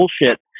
bullshit